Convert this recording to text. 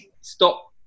stop